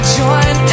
join